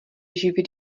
živit